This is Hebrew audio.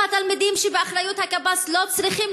גם התלמידים שבאחריות הקב"ס לא צריכים